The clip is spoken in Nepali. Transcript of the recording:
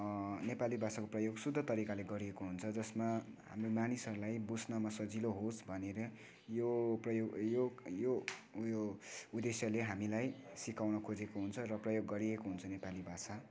नेपाली भाषाको प्रयोग शुद्ध तरिकाले गरिएको हुन्छ जसमा हाम्रो मानिसहरूलाई बुझ्नमा सजिलो होस् भनेर यो यो यो उयो उद्देश्यले हामीलाई सिकाउन खोजेको हुन्छ र प्रयोग गरिएको हुन्छ नेपाली भाषा